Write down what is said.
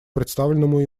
представленному